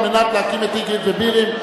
כדי להקים את אקרית ובירעם,